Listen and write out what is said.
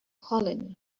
colony